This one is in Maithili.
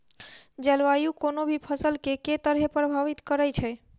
जलवायु कोनो भी फसल केँ के तरहे प्रभावित करै छै?